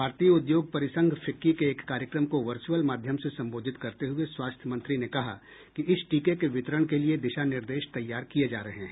भारतीय उदयोग परिसंघ फिक्की के एक कार्यक्रम को वर्चअल माध्यम से संबोधित करते हुए स्वास्थ्य मंत्री ने कहा कि इस टीके के वितरण के लिए दिशा निर्देश तैयार किए जा रहे हैं